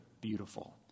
beautiful